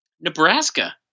Nebraska